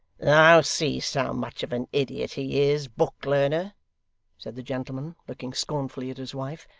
thou seest how much of an idiot he is, book-learner said the gentleman, looking scornfully at his wife.